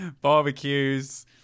barbecues